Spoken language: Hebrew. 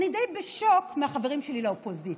שאני די בשוק מהחברים שלי לאופוזיציה.